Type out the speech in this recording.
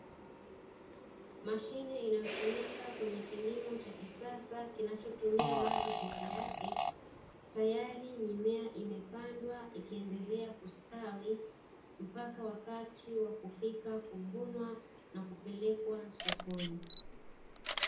Mashine inayotumika kwenye kilimo cha kisasa kinachotumia maji peke yake, tayari mimea imepandwa ikiendelea kustawi mpaka wakati wakufika kuvunwa na kupelekwa sokoni.